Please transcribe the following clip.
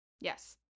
yes